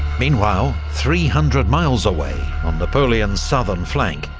meanwhile, three hundred miles away, on napoleon's southern flank,